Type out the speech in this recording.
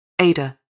Ada